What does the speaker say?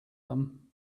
them